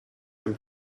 and